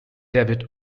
david